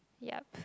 yup